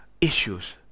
issues